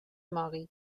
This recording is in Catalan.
mogui